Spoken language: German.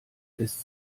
ist